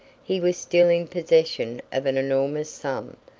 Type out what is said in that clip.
he was still in possession of an enormous sum,